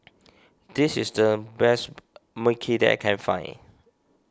this is the best Mui Kee that I can find